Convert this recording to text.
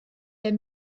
der